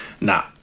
Nah